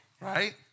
right